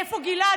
איפה גלעד?